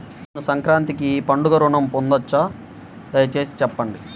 నేను సంక్రాంతికి పండుగ ఋణం పొందవచ్చా? దయచేసి చెప్పండి?